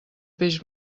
peix